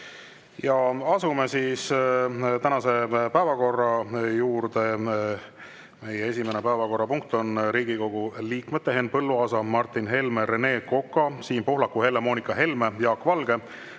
Asume tänase päevakorra juurde. Esimene päevakorrapunkt on Riigikogu liikmete Henn Põlluaasa, Martin Helme, Rene Koka, Siim Pohlaku, Helle-Moonika Helme, Jaak Valge,